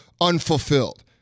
unfulfilled